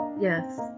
Yes